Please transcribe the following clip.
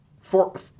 four